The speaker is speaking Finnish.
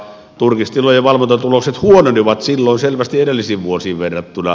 turkistilojen valvontatulokset huononivat silloin selvästi edellisiin vuosiin verrattuna